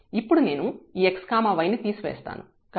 ఇప్పుడు నేను ఈ x y ని తీసి వేస్తాను